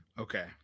Okay